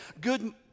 good